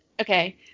okay